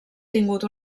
tingut